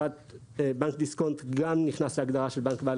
בנק דיסקונט גם נכנס להגדרה של בנק בעל